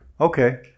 okay